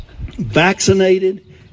vaccinated